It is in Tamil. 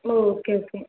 O okay okay